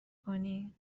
کنی